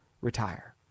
retire